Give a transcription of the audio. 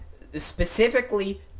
specifically